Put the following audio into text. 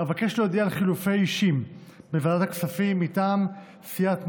אבקש להודיע על חילופי אישים בוועדת הכספים: מטעם סיעת מרצ,